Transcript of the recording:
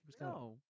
No